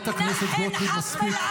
חברת הכנסת גוטליב, מספיק.